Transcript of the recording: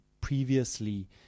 previously